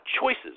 choices